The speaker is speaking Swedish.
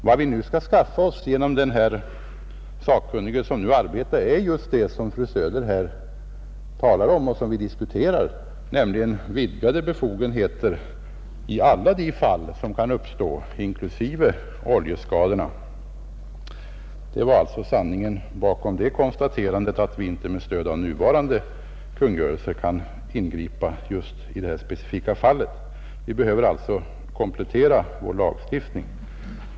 Vad vi nu skall skaffa oss genom den sakkunnige som arbetar är just det som fru Söder talar om och som vi diskuterar, nämligen vidgade befogenheter i alla de fall som kan uppstå, inklusive oljeskadorna. Det är sanningen bakom konstaterandet att vi inte med stöd av nuvarande kungörelser kan ingripa just i det här specifika fallet. Vi behöver alltså komplettera vår lagstiftning.